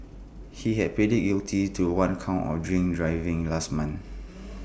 he had pleaded guilty to one count of drink driving last month